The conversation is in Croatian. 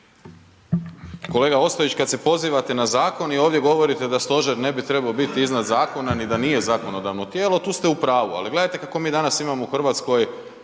Kolega Ostojić kada se pozivate na zakon i ovdje govorite da stožer ne bi trebao biti iznad zakona ni da nije zakonodavno tijelo tu ste u pravu, ali gledajte kako mi danas imamo u Hrvatskoj